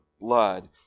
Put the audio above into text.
blood